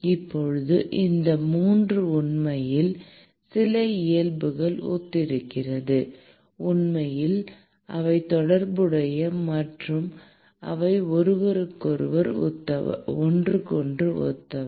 இப்போது இந்த 3 உண்மையில் சில இயல்புகளில் ஒத்திருக்கிறது உண்மையில் அவை தொடர்புடையவை மற்றும் அவை ஒருவருக்கொருவர் ஒத்தவை